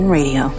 Radio